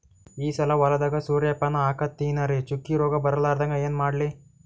ಈ ಸಲ ಹೊಲದಾಗ ಸೂರ್ಯಪಾನ ಹಾಕತಿನರಿ, ಚುಕ್ಕಿ ರೋಗ ಬರಲಾರದಂಗ ಏನ ಮಾಡ್ಲಿ?